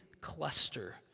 cluster